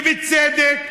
בצדק.